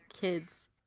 kids